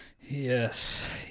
Yes